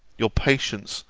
your patience,